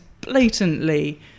blatantly